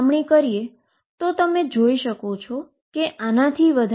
આ n 3 માટે આ n 2 છે